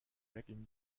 reggae